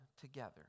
together